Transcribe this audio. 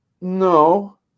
No